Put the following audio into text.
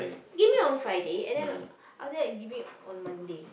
give me on Friday and then after that give me on Monday